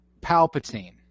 Palpatine